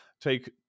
Take